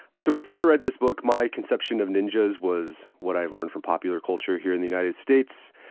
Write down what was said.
so before i read this book my conception of ninjas was what i learned from popular culture here in the united states.